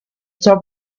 top